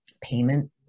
payment